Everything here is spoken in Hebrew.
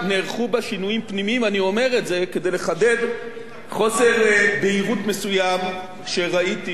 אני אומר את זה כדי לחדד חוסר בהירות מסוים שראיתי באמצעי התקשורת.